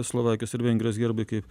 slovakijos ir vengrijos herbai kaip